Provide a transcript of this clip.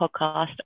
podcast